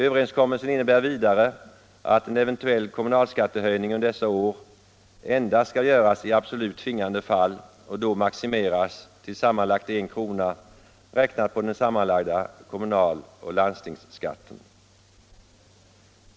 Överenskommelsen innebär vidare att en eventuell kommunalskattehöjning under dessa år endast skall göras i absolut tvingande fall och då maximeras till sammanlagt 1 kr., räknat på den sammanlagda kommunaloch landstingsskatten.